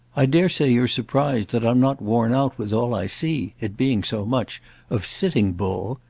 i dare say you're surprised that i'm not worn out with all i see it being so much of sitting bull.